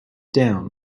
down